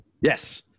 Yes